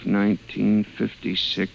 1956